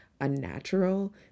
unnatural